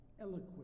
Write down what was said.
eloquent